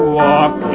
walk